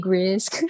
risk